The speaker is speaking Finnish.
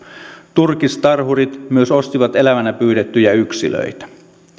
turkistarhurit myös ostivat elävänä pyydettyjä yksilöitä